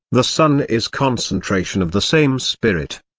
the son is concentration of the same spirit.